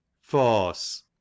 Force